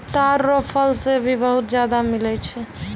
ताड़ रो फल से भी बहुत ज्यादा मिलै छै